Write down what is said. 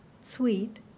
Sweet